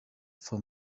for